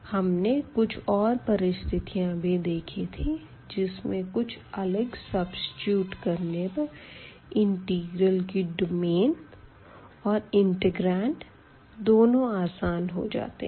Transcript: हमने कुछ और परिस्थितियाँ भी देखी थी जिसमें कुछ अलग सब्सिट्यूट करने पर इंटिग्रल की डोमेन और इंटिग्रांड दोनो आसान हो जाते है